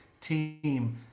team